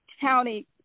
county